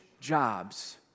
jobs